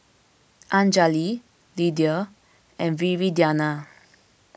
Anjali Lydia and Viridiana